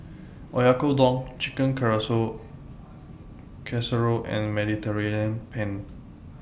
Oyakodon Chicken Casserole and Mediterranean Penne